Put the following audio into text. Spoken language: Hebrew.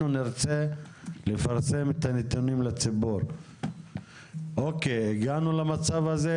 אנחנו נרצה לפרסם את הנתונים לציבור - הגענו למצב הזה,